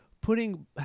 Putting